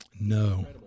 No